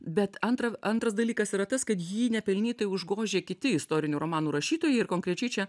bet antra antras dalykas yra tas kad jį nepelnytai užgožia kiti istorinių romanų rašytojai ir konkrečiai čia